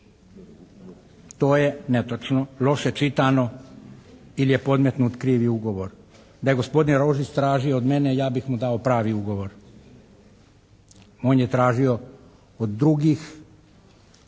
To je netočno, loše čitano ili je podmetnut krivi ugovor. Da je gospodin Rožić tražio od mene, ja bih mu dao pravi ugovor. On je tražio od drugih,